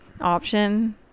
option